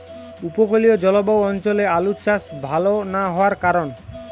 উপকূলীয় জলবায়ু অঞ্চলে আলুর চাষ ভাল না হওয়ার কারণ?